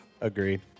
Agreed